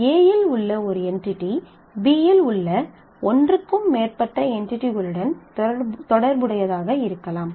A இல் உள்ள ஒரு என்டிடி B இல் உள்ள ஒன்றுக்கும் மேற்பட்ட என்டிடிகளுடன் தொடர்புடையதாக இருக்கலாம்